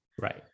Right